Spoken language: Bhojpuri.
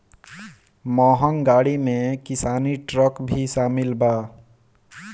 महँग गाड़ी में किसानी ट्रक भी शामिल बा